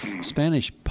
Spanish